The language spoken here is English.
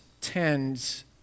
tends